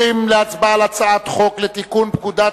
להסיר מסדר-היום את הצעת חוק לתיקון פקודת